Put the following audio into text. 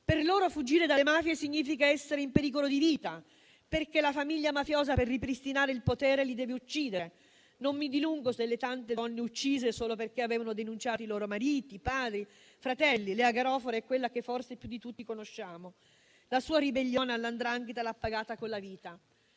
Per loro fuggire dalle mafie significa essere in pericolo di vita, perché la famiglia mafiosa, per ripristinare il potere, le deve uccidere. Non mi dilungo sulle tante donne uccise solo perché avevano denunciato i loro mariti, padri, fratelli; Lea Garofalo è quella che forse più di tutti conosciamo; la sua ribellione alla 'ndrangheta l'ha pagata con la vita.